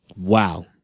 Wow